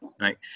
right